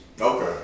okay